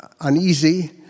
uneasy